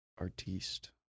artiste